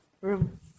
Room